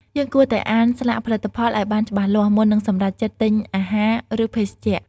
យើងគួរតែអានស្លាកផលិតផលឱ្យបានច្បាស់លាស់ មុននឹងសម្រេចចិត្តទិញអាហារឬភេសជ្ជៈ។